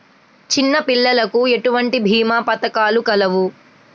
చిన్నపిల్లలకు ఎటువంటి భీమా పథకాలు కలవు?